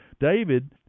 David